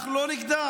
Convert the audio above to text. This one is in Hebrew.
אנחנו לא נגדם,